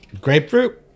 grapefruit